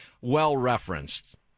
well-referenced